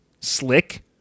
Slick